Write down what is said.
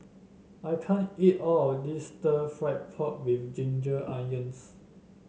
I can't eat all of this stir fry pork with Ginger Onions